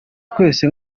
twese